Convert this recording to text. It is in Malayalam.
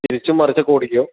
തിരിച്ചും മറിച്ചും ഒക്കെ ഓടിക്കും